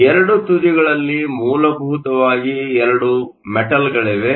ಎರಡೂ ತುದಿಗಳಲ್ಲಿ ಮೂಲಭೂತವಾಗಿ 2 ಮೆಟಲ್ಗಳಿವೆ